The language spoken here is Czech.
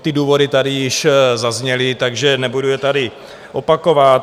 Ty důvody tady již zazněly, takže nebudu je tady opakovat.